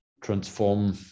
transform